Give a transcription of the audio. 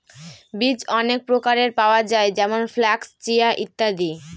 বীজ অনেক প্রকারের পাওয়া যায় যেমন ফ্লাক্স, চিয়া, ইত্যাদি